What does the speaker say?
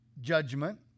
judgment